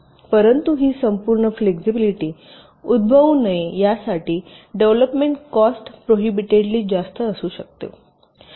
परंतु ही संपूर्ण फ्लेक्सिबिलिटी उद्भवू नये यासाठी डेव्हलोपमेन्ट कॉस्ट प्रोहिबिटेडली जास्त असू शकतो